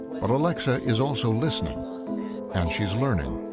but alexa is also listening and she's learning.